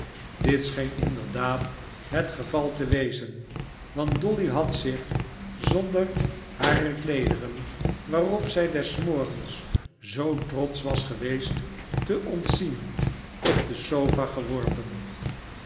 dit scheen inderdaad het geval te wezen want dolly had zich zonder hare kleederen waarop zij des morgens zoo trotsch was geweest te ontzien op de sofa geworpen